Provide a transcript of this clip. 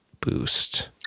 boost